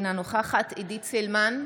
אינה נוכחת עידית סילמן,